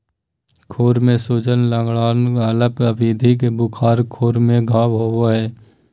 खुर में सूजन, लंगड़ाना, अल्प अवधि के बुखार, खुर में घाव होबे हइ